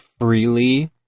freely